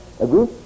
Agree